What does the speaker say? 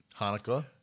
Hanukkah